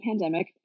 pandemic